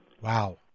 Wow